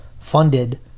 funded